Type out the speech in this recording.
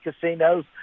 casinos